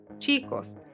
Chicos